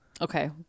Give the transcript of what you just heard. Okay